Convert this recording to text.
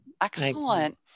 excellent